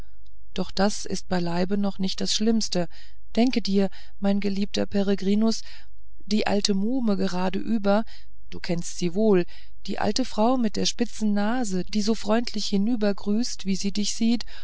doch das ist beileibe noch nicht das schlimmste denke dir mein geliebter peregrinus die alte muhme geradeüber du kennst sie wohl die alte frau mit der spitzen nase die so freundlich hinübergrüßt wenn sie dich sieht